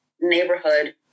neighborhood